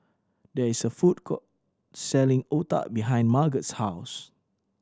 there is a food court selling otah behind Margot's house